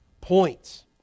points